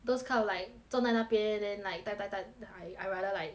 those kind of like 坐在那边 then like type type I I rather like